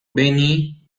benny